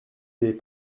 des